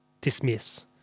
dismiss